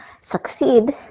succeed